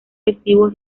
festivo